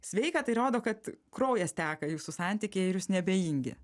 sveika tai rodo kad kraujas teka jūsų santykiai ir jūs neabejingi